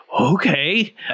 okay